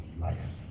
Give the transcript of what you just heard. life